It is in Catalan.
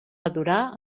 adorar